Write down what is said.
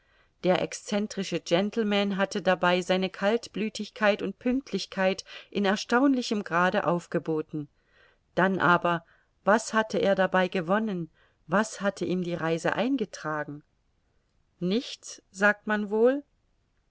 der excentrische gentleman hatte dabei seine kaltblütigkeit und pünktlichkeit in erstaunlichem grade aufgeboten dann aber was hatte er dabei gewonnen was hatte ihm die reise eingetragen nichts sagt man wohl